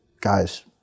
guys